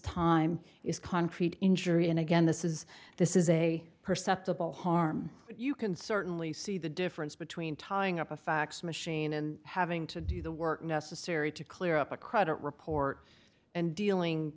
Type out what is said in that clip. time is concrete injury and again this is this is a perceptible harm you can certainly see the difference between tying up a fax machine and having to do the work necessary to clear up a credit report and dealing